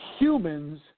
Humans